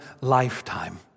lifetime